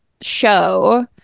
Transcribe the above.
show